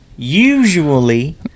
Usually